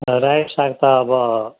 रायो साग त अब